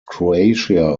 croatia